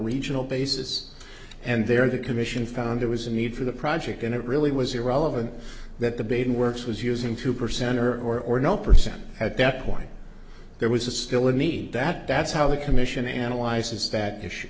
regional basis and there the commission found there was a need for the project and it really was irrelevant that the baiting works was using two percent or or no percent at that point there was a still a need that that's how the commission analyzes that is